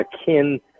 akin